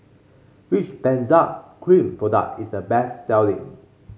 which Benzac Cream product is the best selling